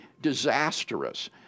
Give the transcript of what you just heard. disastrous